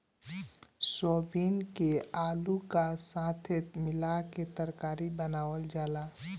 soybean के आलू का साथे मिला के तरकारी बनावल जाला